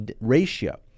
ratio